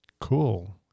cool